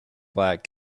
black